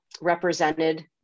represented